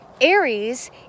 Aries